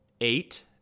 eight